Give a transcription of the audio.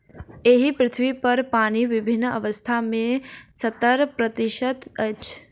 एहि पृथ्वीपर पानि विभिन्न अवस्था मे सत्तर प्रतिशत अछि